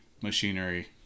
machinery